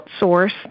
outsource